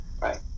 right